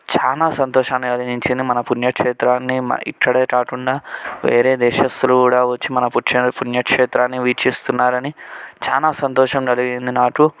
చాలా సంతోషాన్ని కలిగించింది మన పుణ్యక్షేత్రాన్ని మ ఇక్కడే కాకుండా వేరే దేశస్థులు కూడా వచ్చి మన పుక్ష పుణ్యక్షేత్రాన్ని వీక్షిస్తున్నారని చాలా సంతోషం కలిగింది నాకు